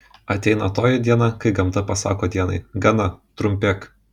ateina toji diena kai gamta pasako dienai gana trumpėk